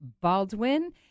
Baldwin